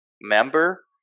member